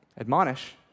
admonish